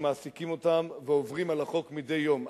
שמעסיקים אותם ועוברים על החוק מדי יום.